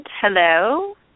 Hello